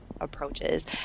approaches